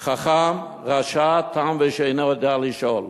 חכם, רשע, תם ושאינו יודע לשאול.